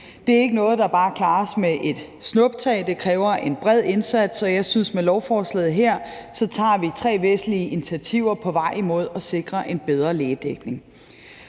Det er ikke noget, der bare klares med et snuptag; det kræver en bred indsats. Og jeg synes, at vi med lovforslaget her tager tre væsentlige initiativer på vej mod at sikre en bedre lægedækning.